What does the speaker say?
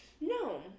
No